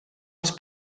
als